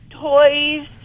toys